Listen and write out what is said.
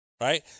right